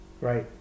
Right